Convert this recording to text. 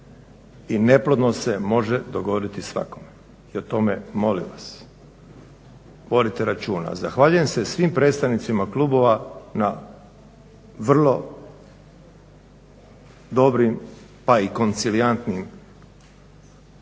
i neplodnost se može dogoditi svakome. I o tome molim vas vodite računa. Zahvaljujem se svim predstavnicima klubova na vrlo dobrim pa i koncilijantnim